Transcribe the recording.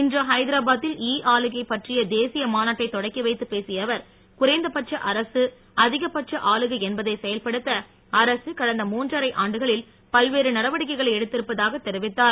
இன்று ஹைதராபா த் தி ல் இ ஆளுகை பற்றிய தே சிய மாநாட்டை தொடக்கி வைத்து பே சிய அவ ர் குறைந்தபட்ச அரசு அ தி கபட்ச ஆளுகை என்பதை செயல்படுத்த அரசு கடந்த மூன்றரை ஆண்டுகளில் பல்வேறு நடவடிக்கைகளை எடுத் தி ரு ப் பதாக தெரி வித்தார்